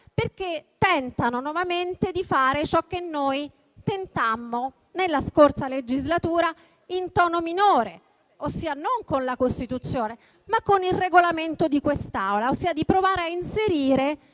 perché tentano nuovamente di fare ciò che noi tentammo di fare nella scorsa legislatura in tono minore, ossia non con la Costituzione, ma con il Regolamento del Senato, provando a inserire